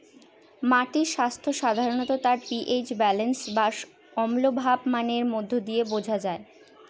মাটির স্বাস্থ্য সাধারনত তার পি.এইচ ব্যালেন্স বা অম্লভাব মানের মধ্যে দিয়ে বোঝা যায়